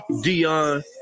Dion